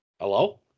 Hello